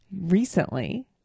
recently